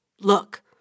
Look